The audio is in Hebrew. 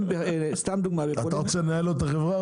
אתה רוצה לנהל לו את החברה, רמי?